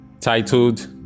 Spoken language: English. titled